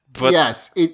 Yes